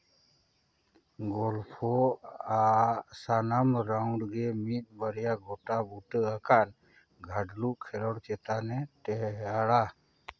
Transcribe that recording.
ᱜᱚᱞᱯᱷᱚ ᱟᱜ ᱥᱟᱱᱟᱢ ᱨᱟᱣᱩᱱᱰ ᱜᱮ ᱢᱤᱫᱼᱵᱟᱨᱭᱟ ᱜᱚᱴᱟ ᱵᱩᱴᱟᱹ ᱟᱠᱟᱱ ᱜᱷᱟᱰᱞᱩ ᱠᱷᱮᱞᱳᱸᱰ ᱪᱮᱛᱟᱱᱮ ᱴᱮᱦᱟᱲᱟ